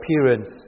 appearance